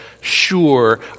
sure